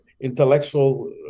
intellectual